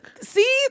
See